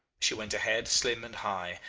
she went ahead slim and high,